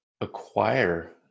acquire